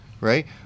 right